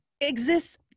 exists